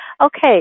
Okay